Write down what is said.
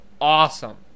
awesome